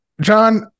John